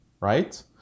right